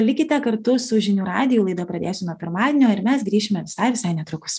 likite kartu su žinių radiju laida pradėsiu nuo pirmadienio ir mes grįšime visai visai netrukus